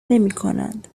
نمیکنند